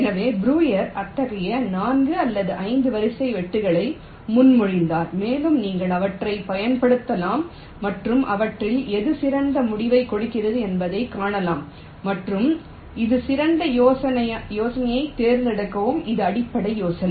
எனவே ப்ரூயர் அத்தகைய 4 அல்லது 5 வரிசை வெட்டுக்களை முன்மொழிந்தார் மேலும் நீங்கள் அவற்றைப் பயன்படுத்தலாம் மற்றும் அவற்றில் எது சிறந்த முடிவைக் கொடுக்கிறது என்பதைக் காணலாம் மற்றும் இது சிறந்த யோசனையைத் தேர்ந்தெடுக்கவும் இது அடிப்படை யோசனை